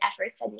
efforts